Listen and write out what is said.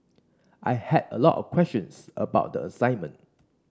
I had a lot of questions about the assignment